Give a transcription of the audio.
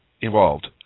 involved